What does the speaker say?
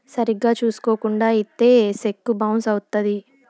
సరిగ్గా చూసుకోకుండా ఇత్తే సెక్కు బౌన్స్ అవుత్తది